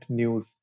news